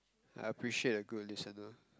I appreciate a good listener